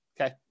Okay